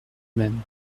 même